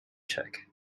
check